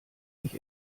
mich